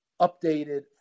updated